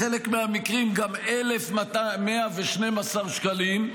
בחלק מהמקרים גם 1,112 שקלים,